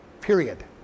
period